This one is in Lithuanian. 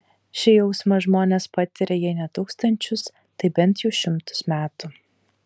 šį jausmą žmonės patiria jei ne tūkstančius tai bent jau šimtus metų